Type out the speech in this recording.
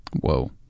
whoa